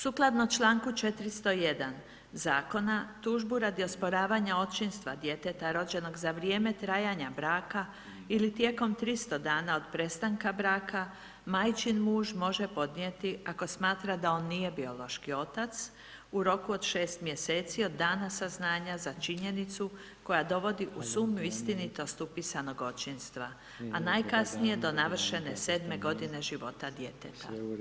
Sukladno članku 401. zakona tužbu radi osporavanja očinstva djeteta rođenog za vrijeme trajanja braka ili tijekom 300 dana od prestanka braka majčin muž može podnijeti ako smatra da on nije biološki otac u roku od 6 mjeseci od dana saznanja za činjenicu koja dovodi u sumnju istinitost upisanog očinstva, a najkasnije do navršene 7 godine života djeteta.